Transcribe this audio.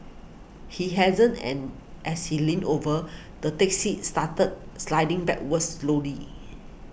he hadn't and as he leaned over the taxi started sliding backwards slowly